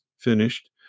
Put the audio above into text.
finished